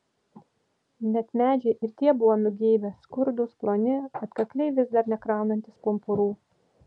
net medžiai ir tie buvo nugeibę skurdūs ploni atkakliai vis dar nekraunantys pumpurų